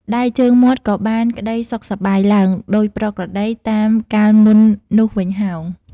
ដៃជើងមាត់ក៏បានក្តីសុខសប្បាយ ឡើង ដូចប្រក្រតីតាមកាលមុននោះវិញហោង ។